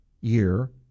year